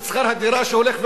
את שכר הדירה שהולך ועולה.